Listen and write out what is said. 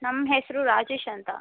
ನಮ್ಮ ಹೆಸರು ರಾಜೇಶ್ ಅಂತ